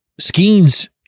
Skeens